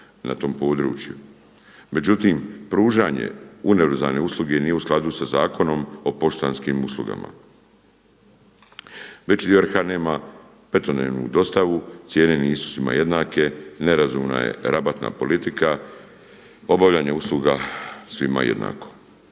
Međutim, pružanje univerzalne usluge nije u skladu sa Zakonom o poštanskim uslugama. Veći dio RH nema petodnevnu dostavu, cijene nisu svima jednake, nerazumna je rabatna politika, obavljanje usluga svima jednako.